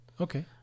Okay